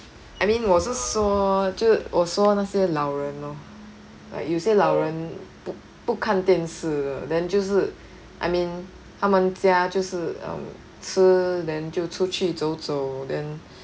I mean 我是说就是我说那些老人 lor like 有些老人不看电视 then 就是 I mean 他们家就是 um 吃 then 就出去走走 then